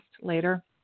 later